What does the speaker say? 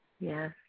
yes